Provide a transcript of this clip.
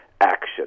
action